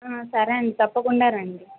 సరే అండి తప్పకుండా రండి